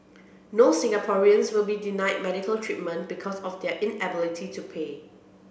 no Singaporean will be denied medical treatment because of their inability to pay